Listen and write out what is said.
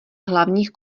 hlavních